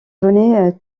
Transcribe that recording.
venait